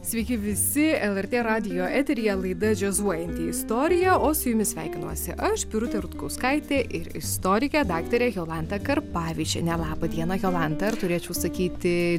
sveiki visi lrt radijo eteryje laida džiazuojanti istorija o su jumis sveikinuosi aš birutė rutkauskaitė ir istorikė daktarė jolanta karpavičienė laba diena jolanta ar turėčiau sakyti